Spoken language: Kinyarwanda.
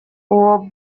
uwo